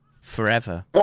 forever